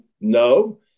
no